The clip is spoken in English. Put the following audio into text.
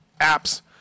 apps